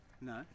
No